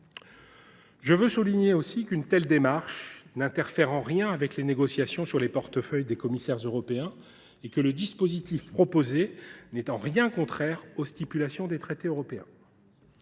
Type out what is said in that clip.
Je veux souligner qu’une telle démarche n’interfère en rien avec les négociations sur les portefeuilles des commissaires européens et que le dispositif proposé n’est en rien contraire aux dispositions des traités européens.